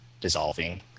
dissolving